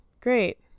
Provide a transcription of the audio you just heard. Great